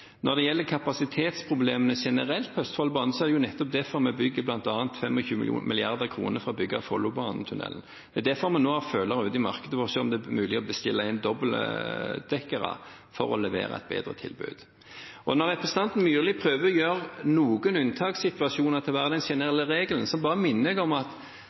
Når det gjelder kapasitetsproblemer generelt på Østfoldbanen, er det jo nettopp derfor vi bevilger 25 mrd. kr for bl.a. å bygge Follobanen-tunellen. Det er derfor vi nå har følere ute i markedet for å se om det er mulig å bestille inn dobbeltdekkere, for å levere et bedre tilbud. Når representanten Myrli prøver å gjøre noen unntakssituasjoner til å bli den generelle regelen, vil jeg bare minne om at